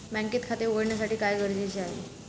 बँकेत खाते उघडण्यासाठी काय गरजेचे आहे?